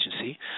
agency